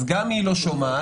אז גם היא לא שומעת,